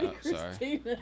sorry